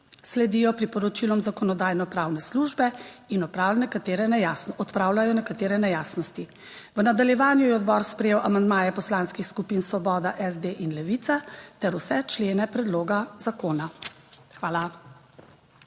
sledijo priporočilom Zakonodajno-pravne službe in nekatere ne odpravljajo nekatere nejasnosti. V nadaljevanju je odbor sprejel amandmaje Poslanskih skupin Svoboda SD in Levica ter vse člene predloga zakona. Hvala.